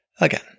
again